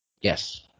Yes